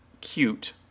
Cute